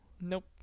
Nope